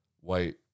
white